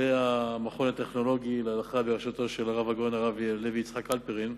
והמכון הטכנולוגי להלכה בראשותו של הרב הגאון הרב לוי יצחק הלפרין,